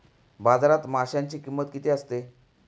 बाजारात माशांची किंमत किती असते?